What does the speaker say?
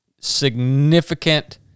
significant